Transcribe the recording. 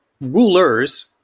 rulers